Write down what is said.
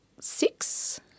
six